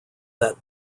that